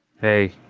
Hey